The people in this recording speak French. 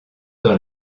dans